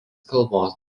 kalbos